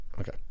Okay